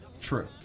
True